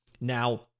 Now